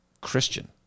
Christian